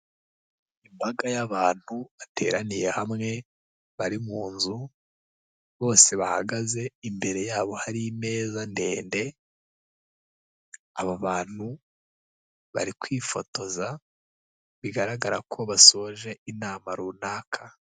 Imbaga y'abantu bateraniye hamwe, bari mu nzu, bose bahagaze imbere yabo hari imeza ndende. Aba bantu bari kwifotoza bigaragara ko basoje inama runaka.